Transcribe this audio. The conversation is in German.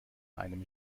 einem